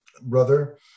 brother